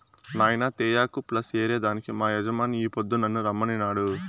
నాయినా తేయాకు ప్లస్ ఏరే దానికి మా యజమాని ఈ పొద్దు నన్ను రమ్మనినాడు